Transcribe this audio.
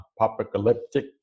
apocalyptic